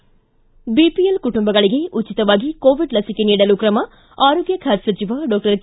ಿ ಬಿಪಿಎಲ್ ಕುಟುಂಬಗಳಿಗೆ ಉಚಿತವಾಗಿ ಕೋವಿಡ್ ಲಸಿಕೆ ನೀಡಲು ಕ್ರಮ ಆರೋಗ್ಯ ಖಾತೆ ಸಚಿವ ಡಾಕ್ಷರ್ ಕೆ